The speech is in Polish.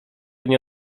nie